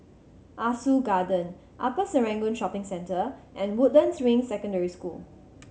Ah Soo Garden Upper Serangoon Shopping Centre and Woodlands Ring Secondary School